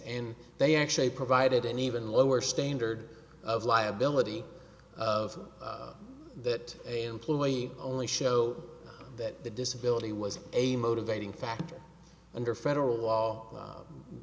and they actually provided an even lower standard of liability of that employee only show that the disability was a motivating factor under federal law